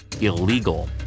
illegal